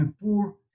poor